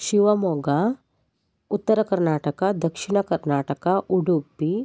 Shivamogga Uttara Karnataka Dakshina Karnataka Udupi